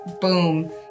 boom